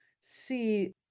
see